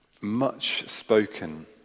much-spoken